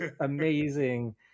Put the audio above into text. amazing